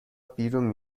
بیرون